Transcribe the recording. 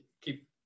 keep